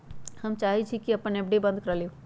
हम चाहई छी कि अपन एफ.डी बंद करा लिउ